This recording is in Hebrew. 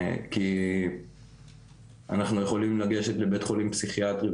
כי אנחנו יכולים לגשת לבית חולים פסיכיאטרי,